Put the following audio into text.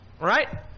right